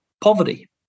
poverty